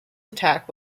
attack